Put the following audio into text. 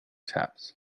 taps